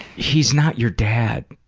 he's not your dad.